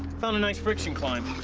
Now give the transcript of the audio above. found a nice friction climb.